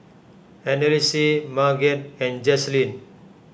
Annalise Marget and Jazlyn